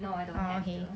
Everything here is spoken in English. no I don't have to